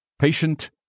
Patient